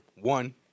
One